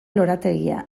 lorategia